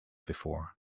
before